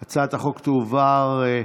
ההצעה להעביר את הצעת חוק סמכויות מיוחדות